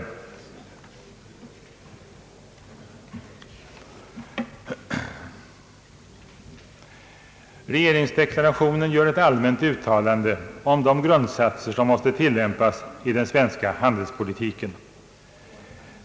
I regeringsdeklarationen görs ett allmänt uttalande om de grundsatser som måste tillämpas i den svenska handelspolitiken.